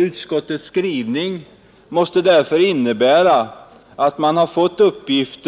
Utskottets skrivning måste därför innebära att man fått uppgift